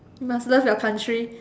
must love your country